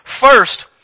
First